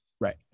Right